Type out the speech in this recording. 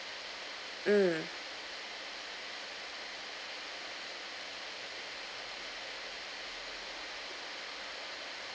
mm